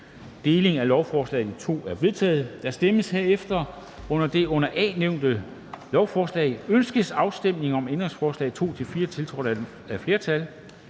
i to lovforslag er vedtaget. Der stemmes herefter om det under A nævnte lovforslag: Ønskes afstemning om ændringsforslag nr. 2-4, tiltrådt af et flertal